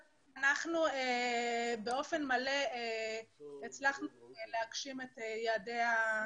אנחנו באופן מלא הצלחנו להגשים את יעדי התוכנית.